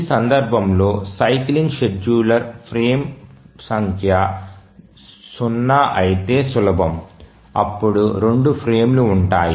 ఈ సందర్భంలో cycling scheduler frame సంఖ్య 0 అయితే సులభం అప్పుడు రెండు ఫ్రేములు ఉంటాయి